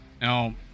Now